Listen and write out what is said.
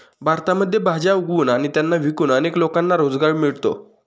भारतामध्ये भाज्या उगवून आणि त्यांना विकून अनेक लोकांना रोजगार मिळतो